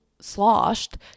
sloshed